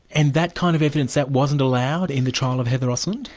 and that kind of evidence, that wasn't allowed in the trial of heather osland?